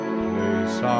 place